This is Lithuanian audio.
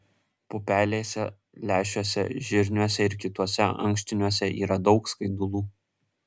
pupelėse lęšiuose žirniuose ir kituose ankštiniuose yra daug skaidulų